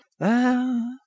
Ah